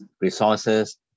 resources